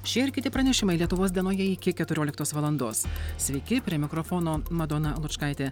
šie ir kiti pranešimai lietuvos dienoje iki keturioliktos valandos sveiki prie mikrofono madona lučkaitė